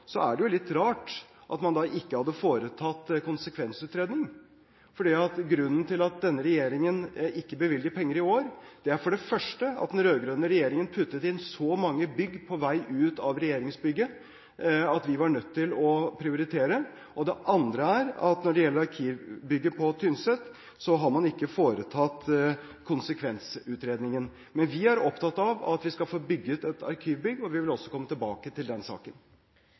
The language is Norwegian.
er det litt rart at man ikke hadde foretatt konsekvensutredning. Grunnen til at denne regjeringen ikke bevilger penger i år, er for det første at den rød-grønne regjeringen puttet så mange bygg inn i budsjettet på vei ut av regjeringsbygget at vi var nødt til å prioritere. For det andre – når det gjelder arkivbygget på Tynset, har man ikke foretatt konsekvensutredning. Men vi er opptatt av at vi skal få bygd et arkivbygg, og vi vil komme tilbake til den saken.